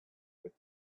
with